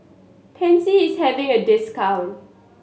Pansy is having a discount